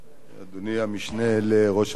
אדוני המשנה לראש הממשלה,